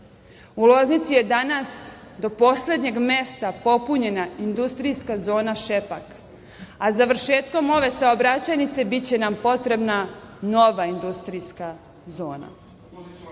U Loznici je danas do poslednjeg mesta popunjena industrijska zona Šepak, a završetkom ove saobraćajnice biće nam potrebna nova industrijska